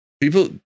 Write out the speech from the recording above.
people